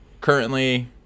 Currently